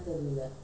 கீழேயா:kiileyaa